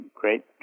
great